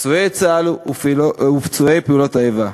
פצועי צה"ל ופצועי פעולות האיבה.